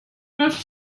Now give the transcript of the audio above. have